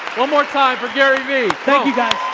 one more time for gary v. thank you guys.